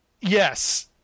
Yes